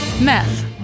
Meth